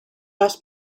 las